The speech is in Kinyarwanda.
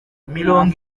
mirongo